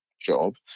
job